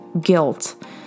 guilt